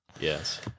Yes